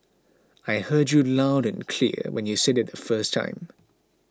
I heard you loud and clear when you said it the first time